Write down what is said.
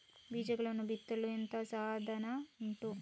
ಬೀಜಗಳನ್ನು ಬಿತ್ತಲು ಎಂತದು ಸಾಧನ ಉಂಟು?